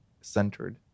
centered